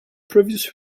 previous